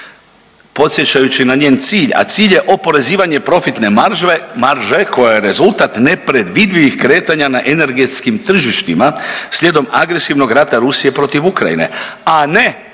podsjećajući na njen cilj, a cilj je oporezivanje profitne marže koja je rezultat nepredvidivih kretanja na energetskim tržištima slijedom agresivnog rata Rusije protiv Ukrajine, a ne